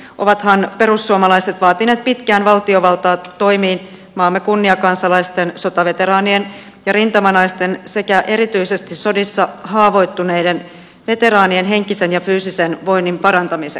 ovathan perussuomalaiset vaatineet pitkään valtiovaltaa toimiin maamme kunniakansalaisten sotaveteraanien ja rintamanaisten sekä erityisesti sodissa haavoittuneiden veteraanien henkisen ja fyysisen voinnin parantamiseksi